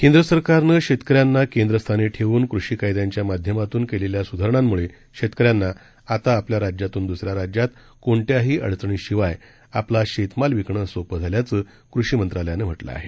केंद्रसरकारनंशेतकऱ्यांनाकेंद्रस्थानीठेवूनकृषीकायद्यांच्यामाध्यमातूनकेलेल्यास्धारणां मुळेशेतकऱ्यांनाआताआपल्याराज्यातूनद्सऱ्याराज्यातकोणत्याहीअडचणीशिवायआपलाशेत मालविकणंसोप्पझाल्याचंकृषीमंत्रालयानंम्हटलंआहे